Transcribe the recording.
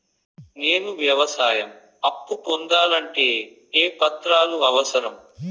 నేను వ్యవసాయం అప్పు పొందాలంటే ఏ ఏ పత్రాలు అవసరం?